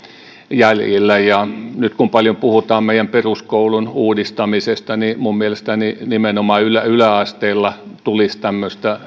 jäljillä nyt kun paljon puhutaan meidän peruskoulun uudistamisesta niin minun mielestäni nimenomaan yläasteella tulisi tämmöisiä